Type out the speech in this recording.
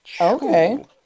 Okay